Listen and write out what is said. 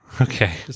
okay